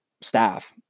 staff